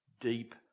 deep